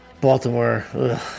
Baltimore